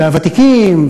והוותיקים,